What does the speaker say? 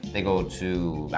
they go to,